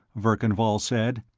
verkan vall said.